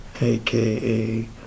aka